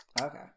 Okay